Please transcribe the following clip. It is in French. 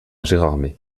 gérardmer